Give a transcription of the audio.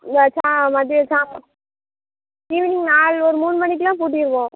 இந்த சா மதியம் சா ஈவ்னிங் நாலு ஒரு மூணு மணிக்கு எல்லாம் பூட்டிருவோம்